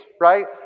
right